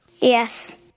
Yes